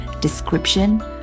description